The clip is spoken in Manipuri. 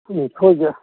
ꯎꯝ ꯁꯣꯏꯗ꯭ꯔꯦ